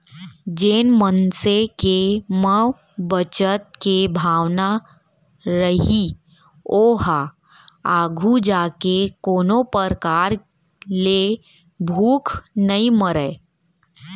जेन मनसे के म बचत के भावना रइही ओहा आघू जाके कोनो परकार ले भूख नइ मरय